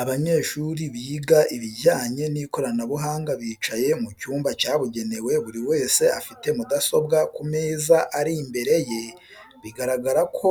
Abanyeshuri biga ibijyanye n'ikoranabuhanga bicaye mu cyumba cyabugenewe buri wese afite mudasobwa ku meza ari imbere ye bigaragara ko